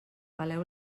peleu